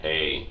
Hey